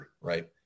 right